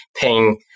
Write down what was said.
paying